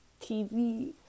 tv